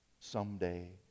someday